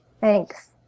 Thanks